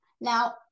Now